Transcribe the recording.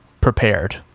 prepared